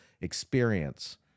experience